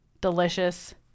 Delicious